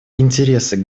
интересы